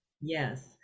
yes